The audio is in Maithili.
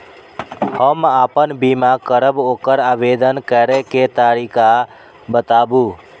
हम आपन बीमा करब ओकर आवेदन करै के तरीका बताबु?